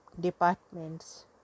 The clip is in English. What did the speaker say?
departments